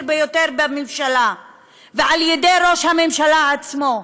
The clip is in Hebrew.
ביותר בממשלה ועל ידי ראש הממשלה עצמו.